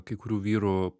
kai kurių vyrų